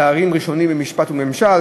תארים ראשונים במשפט וממשל,